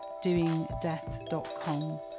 doingdeath.com